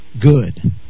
good